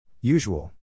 Usual